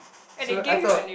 so I thought